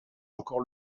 encore